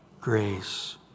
Grace